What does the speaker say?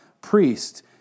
priest